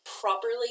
properly